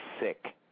sick